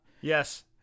yes